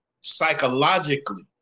psychologically